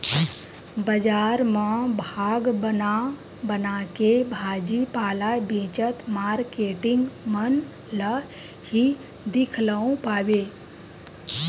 बजार म भाग बना बनाके भाजी पाला बेचत मारकेटिंग मन ल ही दिखउल पाबे